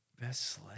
Best